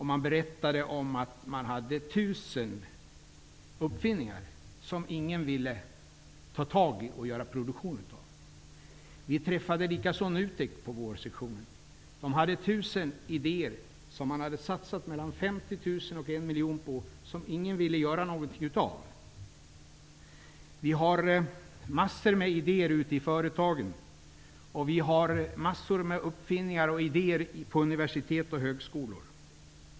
Där berättade man att man hade tusen uppfinningar som ingen ville ta itu med att producera. Under vårsessionen träffade vi också NUTEK, som hade tusen idéer på vilka man hade satsat mellan 50 000 kronor och en miljon kronor, men som ingen ville göra någonting av. Det finns massor av idéer ute i företagen. Det finns också massor av idéer på universitet och högskolor.